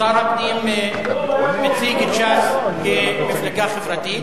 שר הפנים מציג את ש"ס כמפלגה חברתית,